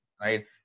right